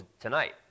tonight